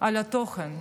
על התוכן,